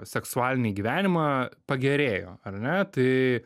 seksualinį gyvenimą pagerėjo ar ne tai